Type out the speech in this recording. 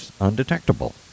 undetectable